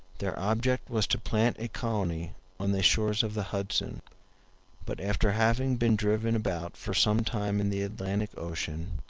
their object was to plant a colony on the shores of the hudson but after having been driven about for some time in the atlantic ocean,